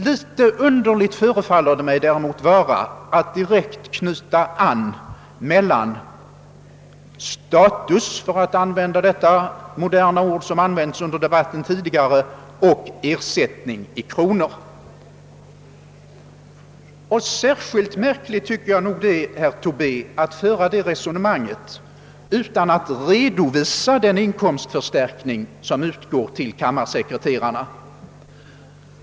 Litet underligt förefaller det mig däremot vara att direkt sammankoppla statusfrågan — det är ju ett ord som använts tidigare i debatten - och ersättningen i kronor. Och särskilt märkligt tycker jag det är, herr Tobé, att föra det resonemanget utan att redovisa den inkomstförstärkning som utgår till kammarsekreterarna.